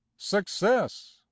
success